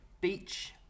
beach